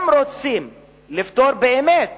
אם רוצים לפתור באמת